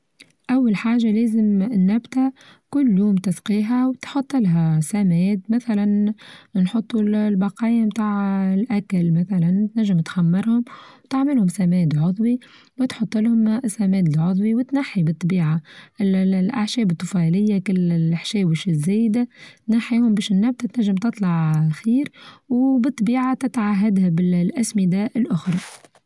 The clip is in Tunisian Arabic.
أول حاچة لازم النبتة كل يوم تسقيها وتحط لها سماد مثلا نحطو البقايا بتاع الأكل مثلا تنچم تخمرهم وتعملهم سماد عضوي وتحطلهم السماد العضوي وتنحي بالطبيعة الأعشاب الطفيلية كل الحشاوش الزايدة تنحيهم بش النبتة تنچم تطلع عخير وبالطبيعة تتعهدها بالأسمدة الأخرى.